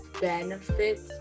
benefits